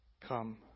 Come